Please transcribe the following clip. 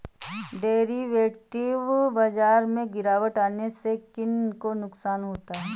Derivative बाजार में गिरावट आने से किन को नुकसान होता है?